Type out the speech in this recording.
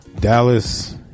Dallas